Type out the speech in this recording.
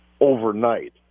overnight